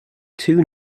too